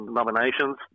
nominations